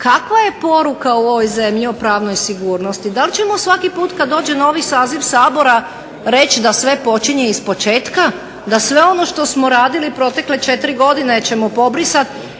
kakva je poruka u ovoj zemlji o pravnoj sigurnosti? Da li ćemo svaki puta kada dođe novi saziv Sabora reći da sve počinje iz početka, da sve ono što smo radili protekle 4 godine ćemo pobrisati